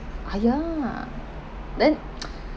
!aiya! then